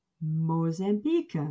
Mozambique